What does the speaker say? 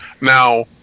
Now